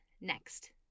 next